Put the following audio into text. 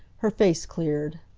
her face cleared.